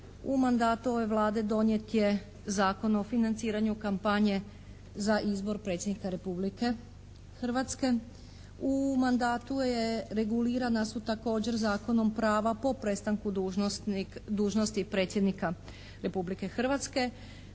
u mandatu ove Vlade donijet je Zakon o financiranju kampanje za izbor predsjednika Republike Hrvatske. U mandatu je, regulirana su također zakonom prava po prestanku dužnosti predsjednika Republike Hrvatske.